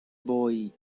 boy